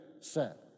set